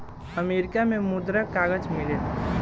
America में मुद्रक कागज मिलेला